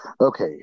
Okay